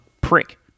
prick